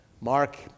Mark